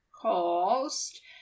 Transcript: cost